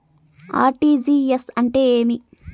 RTGS అంటే ఏమి?